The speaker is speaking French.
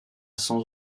sans